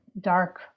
dark